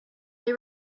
they